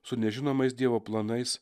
su nežinomais dievo planais